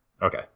Okay